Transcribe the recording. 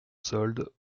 solde